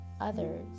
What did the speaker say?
others